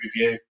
review